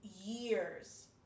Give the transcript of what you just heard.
years